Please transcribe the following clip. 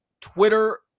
Twitter